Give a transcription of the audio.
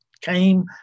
came